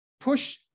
push